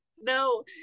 No